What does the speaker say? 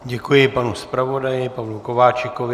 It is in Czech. Děkuji panu zpravodaji Pavlu Kováčikovi.